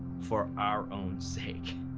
for our own sake.